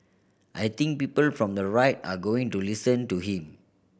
I think people from the right are going to listen to him